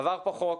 עבר כאן חוק,